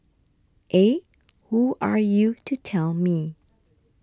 eh who are you to tell me